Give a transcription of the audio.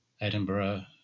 Edinburgh